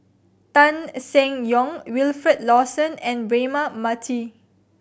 Tan Seng Yong Wilfed Lawson and Braema Mathi